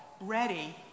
ready